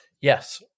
Yes